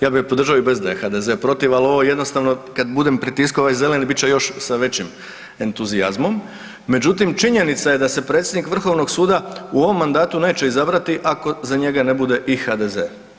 Ja bi je podržao i bez da je HDZ protiv, ali ovo jednostavno, kad budem pritiskao ovaj zeleni bit će još sa većim entuzijazmom, međutim, činjenica je da se predsjednik Vrhovnog suda u ovom mandatu neće izabrati ako za njega ne bude i HDZ.